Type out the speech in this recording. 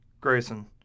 Grayson